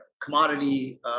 commodity